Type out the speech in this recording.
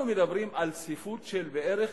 אנחנו מדברים על צפיפות של בערך